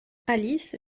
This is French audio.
alice